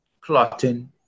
clotting